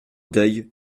deuil